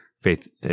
faith